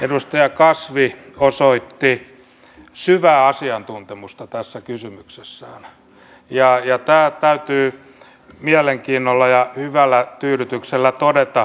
edustaja kasvi osoitti syvää asiantuntemusta tässä kysymyksessään ja tämä täytyy mielenkiinnolla ja hyvällä tyydytyksellä todeta